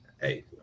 hey